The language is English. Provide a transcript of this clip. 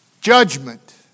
Judgment